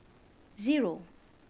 zero